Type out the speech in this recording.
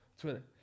Twitter